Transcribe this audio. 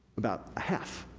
about half,